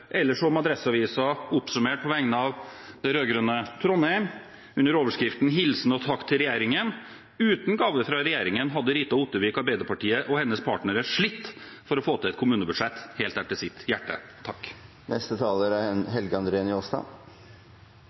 Eller man kan lytte til Adresseavisen, som oppsummerte slik på vegne av det rød-grønne Trondheim under overskriften «Hilsen og takk til regjeringen»: «Uten gaver fra regjeringen hadde Rita Ottervik og hennes partnere slitt for å få til et kommunebudsjett helt etter sitt hjerte.»